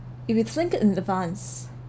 if you link it in advance